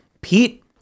Pete